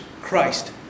Christ